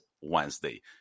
Wednesday